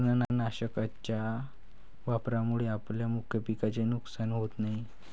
तणनाशकाच्या वापरामुळे आपल्या मुख्य पिकाचे नुकसान होत नाही